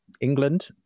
England